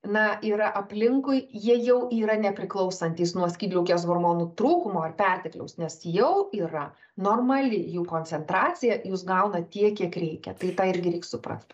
na yra aplinkui jie jau yra nepriklausantys nuo skydliaukės hormonų trūkumo ar pertekliaus nes jau yra normali jų koncentracija jūs gaunat tiek kiek reikia tai tą irgi reik suprast